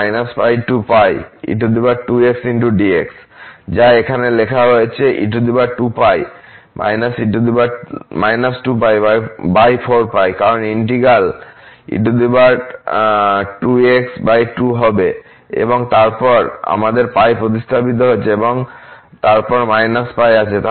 এবং যা এখানে লেখা হয়েছে কারণ ইন্টিগ্র্যাল হবেএবং তারপর আমাদের π প্রতিস্থাপিত হয়েছে এবং তারপর π আছে